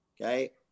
okay